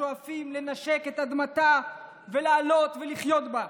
שואפים לנשק את אדמתה ולעלות ולחיות בה.